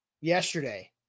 yesterday